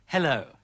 Hello